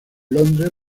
londres